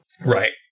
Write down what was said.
right